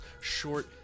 short